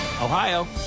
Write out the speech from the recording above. Ohio